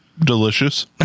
Delicious